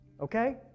Okay